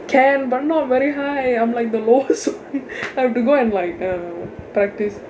can but not very high I'm like the lowest I have to go and like err practice